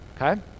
okay